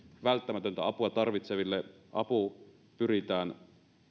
välttämätöntä apua tarvitseville apu pyritään